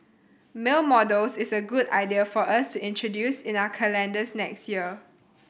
male models is a good idea for us to introduce in our calendars next year